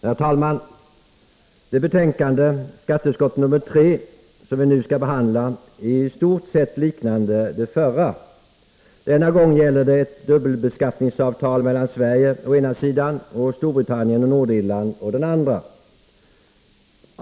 Herr talman! Det betänkande vi nu skall behandla — skatteutskottets betänkande nr 3 - är i stort sett liknande det förra. Denna gång gäller det ett dubbelbeskattningsavtal mellan Sverige å ena sidan och Storbritannien och Nordirland å den andra.